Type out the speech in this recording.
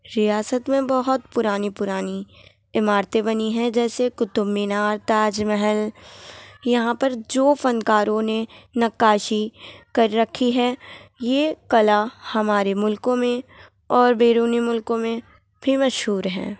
ریاست میں بہت پرانی پرانی عمارتیں بنی ہیں جیسے قطب مینار تاج محل یہاں پر جو فنکاروں نے نقاشی کر رکھی ہے یہ کلا ہمارے ملکوں میں اور بیرونی ملکوں میں بھی مشہور ہیں